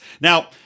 Now